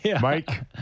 Mike